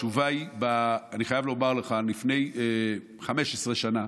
התשובה היא, אני חייב לומר לך שלפני 15 שנה